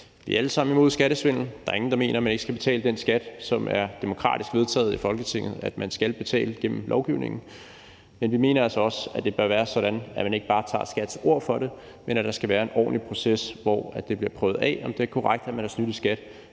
Vi er alle sammen imod skattesvindel; der er ingen, der mener, at man ikke skal betale den skat, som er demokratisk vedtaget i Folketinget gennem lovgivningen at man skal betale. Men vi mener altså også, at det bør være sådan, at man ikke bare tager skattemyndighedernes ord for det, men at der skal være en ordentlig proces, hvor det bliver prøvet af, om det er korrekt, at man har snydt i skat,